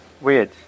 weird